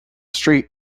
street